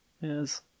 Yes